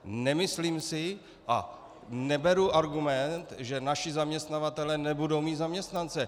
Nemyslím si a neberu argument, že naši zaměstnavatelé nebudou mít zaměstnance.